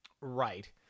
Right